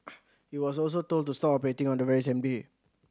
it was also told to stop operating on the very same day